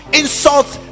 insults